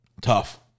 tough